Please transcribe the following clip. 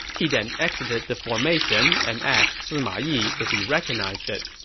he then exited the formation and asked sima yi if he recognized it.